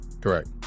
Correct